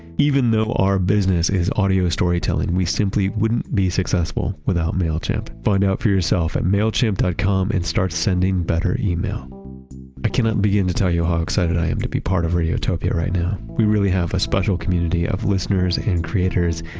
even though our business is audio storytelling, we simply wouldn't be successful without mailchimp. find out for yourself at mailchimp dot com and start sending better email i cannot begin to tell you how excited i am to be part of radiotopia right now. we really have a special community of listeners and creators,